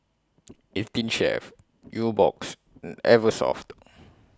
eighteen Chef Nubox and Eversoft